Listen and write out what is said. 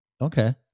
Okay